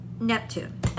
neptune